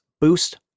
boost